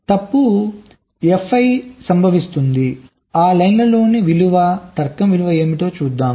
తప్పు Fi సంభవిస్తుంది ఆ లైన్లోని విలువ తర్కం విలువ ఏమిటో చూద్దాం